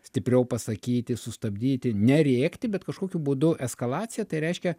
stipriau pasakyti sustabdyti nerėkti bet kažkokiu būdu eskalacija tai reiškia